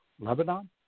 Lebanon